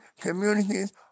communities